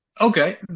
okay